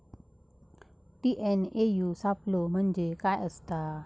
TNAU सापलो म्हणजे काय असतां?